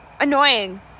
Annoying